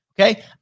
okay